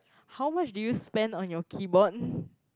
how much do you spend on your keyboard